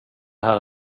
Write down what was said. här